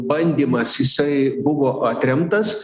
bandymas jisai buvo atremtas